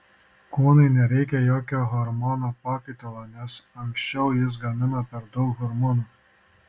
kūnui nereikia jokio hormonų pakaitalo nes anksčiau jis gamino per daug hormonų